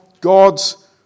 God's